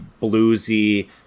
bluesy